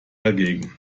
dagegen